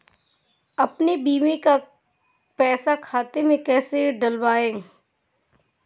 अपने बीमा का पैसा खाते में कैसे डलवाए?